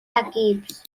equips